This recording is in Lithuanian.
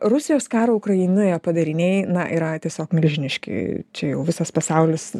rusijos karo ukrainoje padariniai na yra tiesiog milžiniški čia jau visas pasaulis